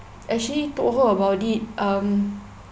actually told her about it um